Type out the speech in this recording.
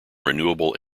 renewable